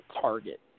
Target